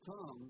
come